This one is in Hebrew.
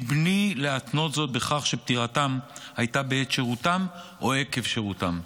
מבלי להתנות זאת בכך שפטירתם הייתה בעת שירותם או עקב שירותם.